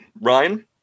Ryan